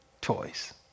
toys